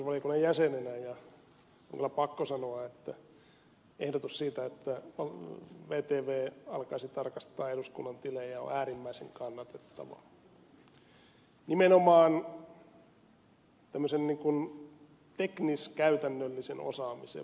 on kyllä pakko sanoa että ehdotus siitä että vtv alkaisi tarkastaa eduskunnan tilejä on äärimmäisen kannatettava nimenomaan tämmöisenä teknis käytännöllisen osaamisen vuoksi